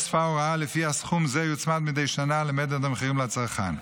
נוספה הוראה שלפיה סכום זה יוצמד מדי שנה למדד המחירים לצרכן.